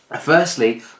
Firstly